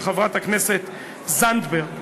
של חברת הכנסת זנדברג.